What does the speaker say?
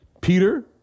Peter